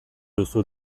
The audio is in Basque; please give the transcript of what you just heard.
duzu